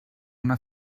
una